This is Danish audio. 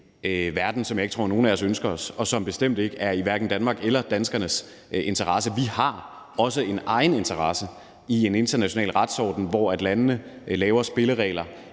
verden, som jeg ikke tror nogen af os ønsker os, og som bestemt ikke hverken er i Danmarks eller danskernes interesse. Vi har også en egeninteresse i en international retsorden, hvor landene laver spilleregler